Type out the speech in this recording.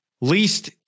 Least